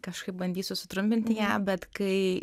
kažkaip bandysiu sutrumpinti ją bet kai